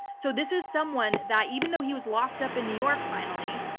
so this is someone that even though he was locked up in york finally,